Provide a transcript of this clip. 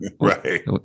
right